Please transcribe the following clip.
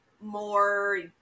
more